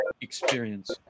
experience